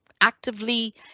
actively